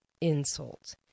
insult